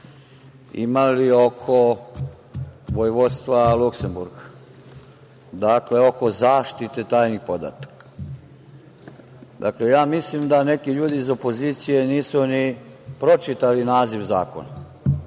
imali oko vojvodstva Luksemburga. Dakle, oko zaštite tajnih podataka. Dakle, ja mislim da neki ljudi iz opozicije nisu ni pročitali naziv zakona